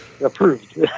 Approved